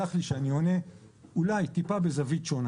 ותסלח לי שאני עונה טיפה בזווית שונה